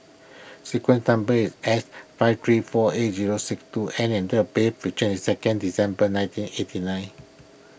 sequence number is S five three four eight zero six two N and the bait is second December nineteen eighty nine